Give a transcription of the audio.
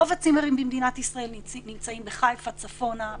רוב הצימרים במדינת ישראל נמצאים מחיפה צפונה,